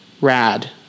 rad